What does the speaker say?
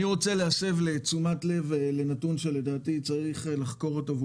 אני רוצה להסב את תשומת הלב שלנו לנתון מעניין שלדעתי צריך לחקור אותו.